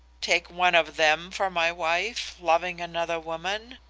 take one of them for my wife, loving another woman?